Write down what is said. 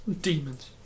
Demons